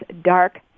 dark